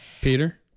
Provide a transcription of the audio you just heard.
Peter